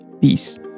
Peace